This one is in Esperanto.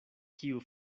kiu